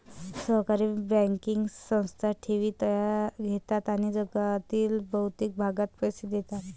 सहकारी बँकिंग संस्था ठेवी घेतात आणि जगातील बहुतेक भागात पैसे देतात